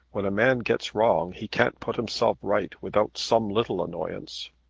when a man gets wrong he can't put himself right without some little annoyance.